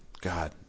God